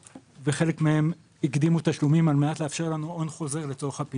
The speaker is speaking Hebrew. חלק מהם אף הקדימו תשלומים על מנת לאפשר לנו הון חוזר לצורך הפעילות.